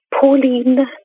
Pauline